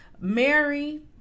Mary